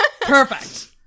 Perfect